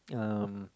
um